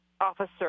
officer